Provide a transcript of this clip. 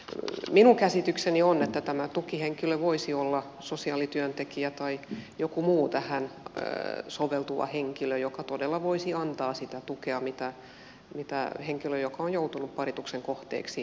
minun käsitykseni on että tämä tukihenkilö voisi olla sosiaalityöntekijä tai joku muu tähän soveltuva henkilö joka todella voisi antaa sitä tukea mitä henkilö joka on joutunut parituksen kohteeksi tarvitsee